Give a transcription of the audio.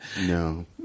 No